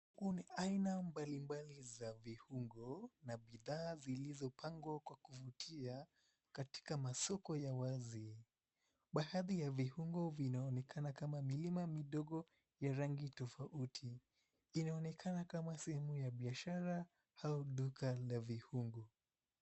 Huu ni aina mbali mbali za viungo na bidhaa zilizopangwa kwa kuvutia katika masoko ya wazi. Baadhi ya viungo vinaonekana kama milima midogo ya rangi tofauti. Linaonekana kama sehemu ya biashara au duka la vuingo.